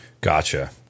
Gotcha